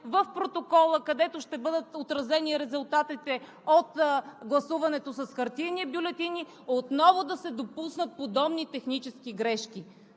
в протокола, където ще бъдат отразени резултатите от гласуването с хартиени бюлетини, отново да се допуснат подобни технически грешки.